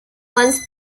once